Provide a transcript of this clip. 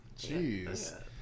Jeez